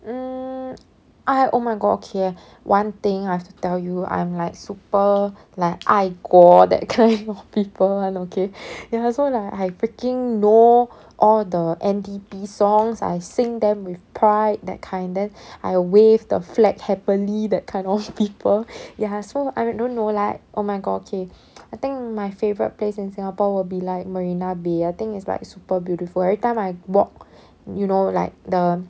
mm I oh my god okay one thing I have to tell you I'm like super like 爱国 that kind of people [one] okay ya so like I freaking know all the N_D_P songs I sing them with pride that kind then I wave the flag happily that kind of people ya so I don't know like oh my god okay I think my favorite place in singapore will be like marina bay I think it's like super beautiful every time I walk you know like the